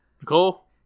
Nicole